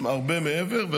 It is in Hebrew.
הרבה מעבר.